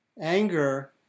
Anger